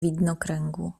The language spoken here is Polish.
widnokręgu